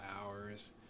hours